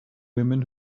women